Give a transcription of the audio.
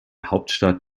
hauptstadt